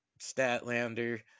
statlander